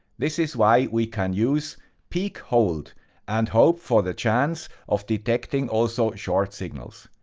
this is why we can use peak hold and hope for the chance of detecting also short signals.